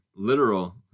literal